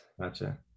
Gotcha